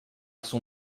son